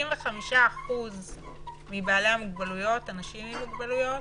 65% מאנשים עם מוגבלויות